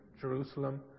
Jerusalem